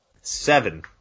seven –